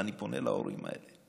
ואני פונה להורים האלה.